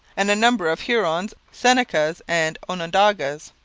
and a number of hurons, senecas, and onondagas.